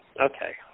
okay